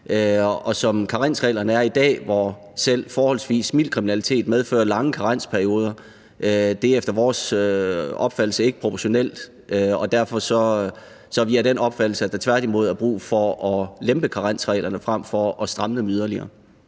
Som karensreglerne er i dag, hvor selv forholdsvis mild kriminalitet medfører lange karensperioder, er det efter vores opfattelse ikke proportionelt, og derfor er vi af den opfattelse, at der tværtimod er brug for at lempe karensreglerne frem for at stramme dem yderligere.